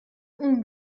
اون